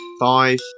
Five